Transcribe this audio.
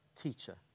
teacher